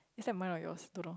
is that mine or yours don't know